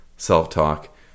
self-talk